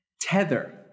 Tether